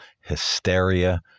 hysteria